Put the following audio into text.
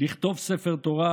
לכתוב ספר תורה,